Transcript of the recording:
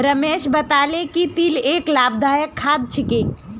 रमेश बताले कि तिल एक लाभदायक खाद्य छिके